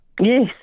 Yes